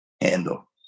handle